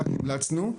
רק המלצנו,